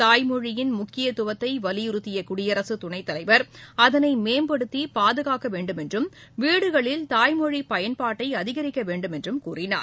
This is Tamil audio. தாய் மொழியின் முக்கியத்துவத்தை வலியுறுத்திய குடியரசு துணைத்தலைவர் அதனை மேம்படுத்தி பாதுகாக்க வேண்டும் என்றும் வீடுகளில் தாய்மொழி பயன்பாட்டை அதிகரிக்க வேண்டும் என்றும் கூறினார்